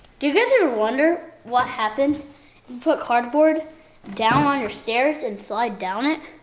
do you guys ever wonder what happens put cardboard down on your stairs and slide down it?